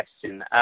question